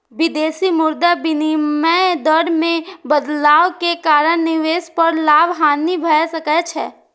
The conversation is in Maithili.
विदेशी मुद्रा विनिमय दर मे बदलाव के कारण निवेश पर लाभ, हानि भए सकै छै